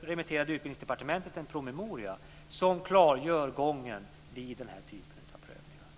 remitterade Utbildningsdepartementet en promemoria som klargör gången vid denna typ av prövningar.